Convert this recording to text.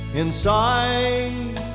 inside